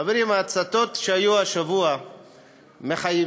חברים, ההצתות שהיו השבוע מחייבות